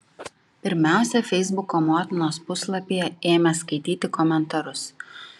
pirmiausia feisbuko motinos puslapyje ėmė skaityti komentarus